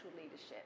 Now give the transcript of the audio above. leadership